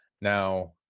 Now